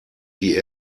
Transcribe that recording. die